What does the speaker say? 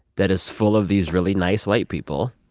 that is full of these really nice white people